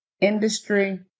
industry